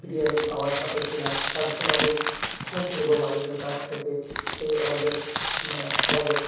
বিরিয়ানি পাওয়া যাবে কি না তার জন্য আমি খোঁজ নেব মালিকের কাছ থেকে সেই অর্ডার খাবারের